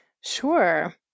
Sure